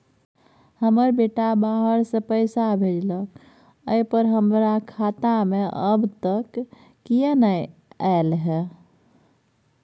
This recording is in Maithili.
हमर बेटा बाहर से पैसा भेजलक एय पर हमरा खाता में अब तक किये नाय ऐल है?